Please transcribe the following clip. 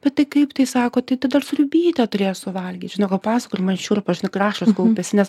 bet tai kaip tai sako tai dar sriubytę turėjo suvalgyt žinok kol pasakojo ir man šiurpas žinok ir ašaros kaupiasi nes